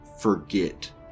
forget